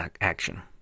action